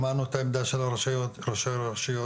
שמענו את עמדת ראשי הרשויות,